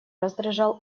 раздражал